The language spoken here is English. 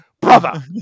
Brother